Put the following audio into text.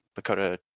Lakota